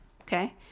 okay